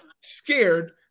scared